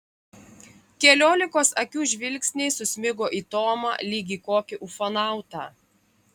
keliolikos akių žvilgsniai susmigo į tomą lyg į kokį ufonautą